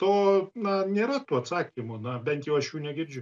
to na nėra tų atsakymų na bent jau aš jų negirdžiu